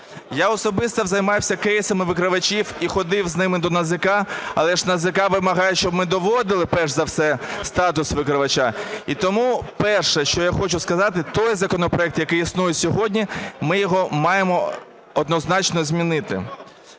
Я особисто займався кейсами викривачів і ходив з ними до НАЗК, але ж НАЗК вимагає, щоб ми доводили, перш за все, статус викривача. І тому перше, що я хочу сказати, той законопроект, який існує сьогодні, ми його маємо однозначно змінити.